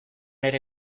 ere